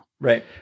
Right